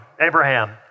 Abraham